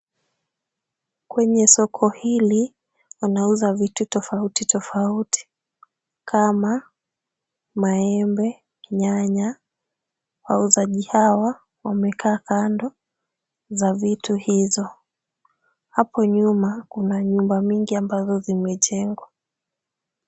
Kwenye soko hili wanauza vitu tofauti tofauti kama maembe, nyanya. Wauzaji hawa wamekaa kando za vitu hizo. Hapo nyuma kuna nyumba mingi ambazo zimejengwa.